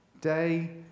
day